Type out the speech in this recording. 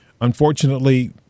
unfortunately